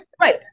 right